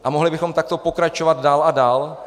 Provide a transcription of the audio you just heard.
A mohli bychom takto pokračovat dál a dál.